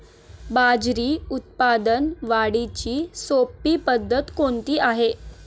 बाजरी उत्पादन वाढीची सोपी पद्धत कोणती आहे?